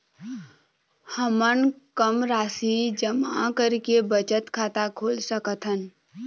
हमन कम राशि जमा करके बचत खाता खोल सकथन?